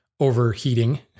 overheating